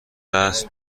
عصر